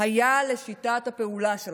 היה לשיטת הפעולה שלך.